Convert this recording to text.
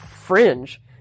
fringe